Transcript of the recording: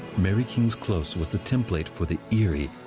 mary king's close was the template for the eerie,